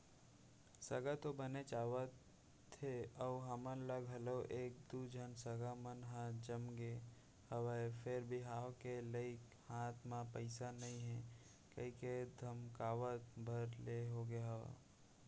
सगा तो बनेच आवथे अउ हमन ल घलौ एक दू झन सगा मन ह जमगे हवय फेर बिहाव के लइक हाथ म पइसा नइ हे कहिके धकमकावत भर ले होगे हंव